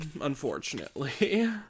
Unfortunately